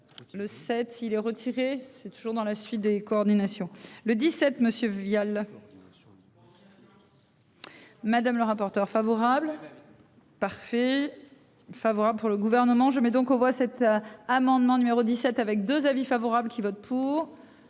Le sept si les retirer. C'est toujours dans la suite des coordinations le 17 Monsieur Vial. Coordination. Madame le rapporteur favorable. Parfait. Favorable pour le gouvernement je mets donc aux voix cet amendement numéro 17 avec 2 avis favorable qui vote pour.